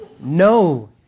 no